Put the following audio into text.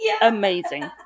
Amazing